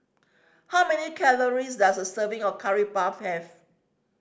how many calories does a serving of Curry Puff have